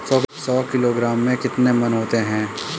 सौ किलोग्राम में कितने मण होते हैं?